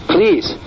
Please